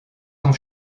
sont